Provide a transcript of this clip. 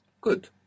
Good